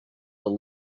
the